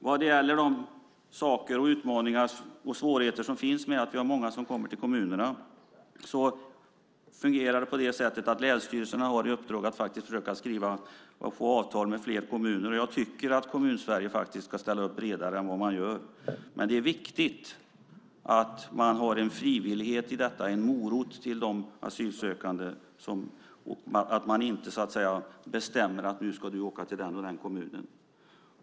När det gäller de utmaningar och svårigheter som finns med att vi har många som kommer till kommunerna fungerar det på det sättet att länsstyrelserna har i uppdrag att försöka skriva avtal med fler kommuner. Jag tycker faktiskt att Kommun-Sverige ska ställa upp bredare än vad man gör. Men det är viktigt att ha en frivillighet i detta, en morot till de asylsökande. Man ska inte bestämma att nu ska du åka till den och den kommunen.